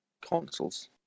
consoles